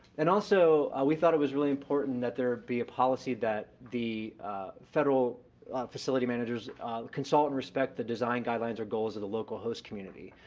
and also, we thought it was really important that there be a policy that the federal facility managers consult and respect the design guidelines or goals of the local host community.